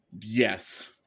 Yes